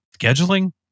scheduling